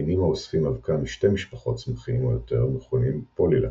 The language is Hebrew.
מינים האוספים אבקה משתי משפחות צמחים או יותר מכונים פולילקטיים.